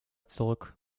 zurück